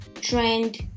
trend